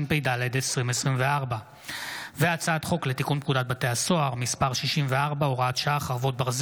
לוי, קטי קטרין שטרית, מטי צרפתי הרכבי,